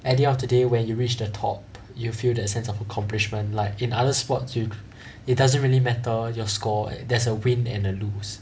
at the end of the day when you reach the top you feel that sense of accomplishment like in other sports you it doesn't really matter your score there's a win and a lose